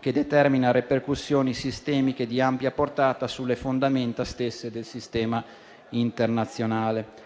che determina ripercussioni sistemiche di ampia portata sulle fondamenta stesse del sistema internazionale.